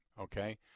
okay